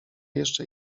jeszcze